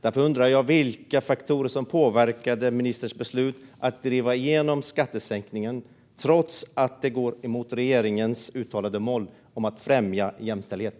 Jag undrar därför vilka faktorer som påverkade ministerns beslut att driva igenom skattesänkningen, trots att den går emot regeringens uttalade mål om att främja jämställdhet.